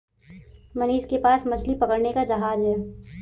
मनीष के पास मछली पकड़ने का जहाज है